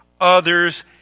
others